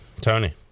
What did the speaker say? Tony